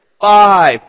five